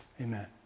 Amen